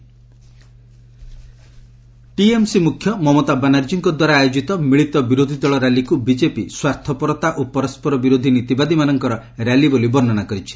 ପୋଲ rally BJP TMC ମୁଖ୍ୟ ମମତା ବାନାର୍ଜୀଙ୍କ ଦ୍ୱାରା ଆୟୋଜିତ ମିଳିତ ବିରୋଧୀ ଦଳ ରାଲିକୁ ବିଜେପି ସ୍ୱାର୍ଥପରତା ଓ ପରସ୍କର ବିରୋଧୀ ନୀତିବାଦୀମାନଙ୍କର ରାଲି ବୋଲି ବର୍ଷନା କରିଛି